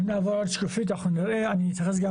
אם נעבור לשקופית הבאה אנחנו נראה ואני אתייחס גם,